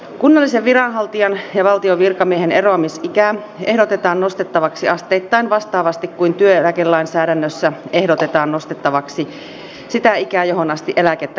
kunnallisen viranhaltijan ja valtion virkamiehen eroamisikää ehdotetaan nostettavaksi asteittain vastaavasti kuin työeläkelainsäädännössä ehdotetaan nostettavaksi sitä ikää johon asti eläkettä karttuu